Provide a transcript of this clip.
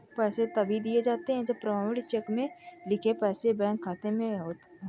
पैसे तभी दिए जाते है जब प्रमाणित चेक में लिखे पैसे बैंक खाते में हो